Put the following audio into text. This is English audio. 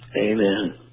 Amen